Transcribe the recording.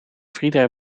frieda